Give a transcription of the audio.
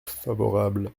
favorable